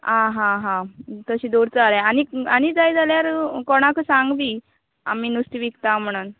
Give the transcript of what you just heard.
आं हां हां तशें दवरता जाल्यार आनी आनी जाय जाल्यार कोणाकय सांग बी आमी नुस्तें विकता म्हणून